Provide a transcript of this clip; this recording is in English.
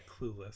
clueless